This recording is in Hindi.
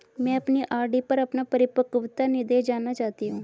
मैं अपनी आर.डी पर अपना परिपक्वता निर्देश जानना चाहती हूँ